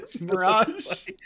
Mirage